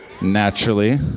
Naturally